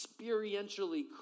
experientially